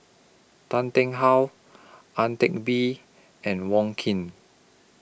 Tan Ting How Ang Teck Bee and Wong Keen